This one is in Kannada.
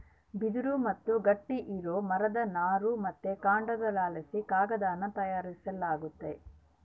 ಬಿದಿರು ಮತ್ತೆ ಗಟ್ಟಿ ಇರೋ ಮರದ ನಾರು ಮತ್ತೆ ಕಾಂಡದಲಾಸಿ ಕಾಗದಾನ ತಯಾರಿಸಲಾಗ್ತತೆ